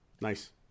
Nice